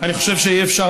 אני חושב שאי-אפשר,